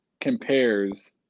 compares